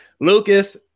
Lucas